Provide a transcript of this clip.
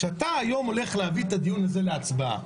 כשאתה היום הולך להביא את הדיון הזה להצבעה